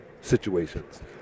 situations